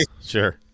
sure